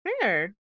Fair